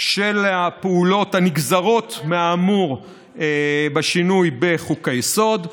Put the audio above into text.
של הפעולות הנגזרות מהאמור בשינוי בחוק-היסוד.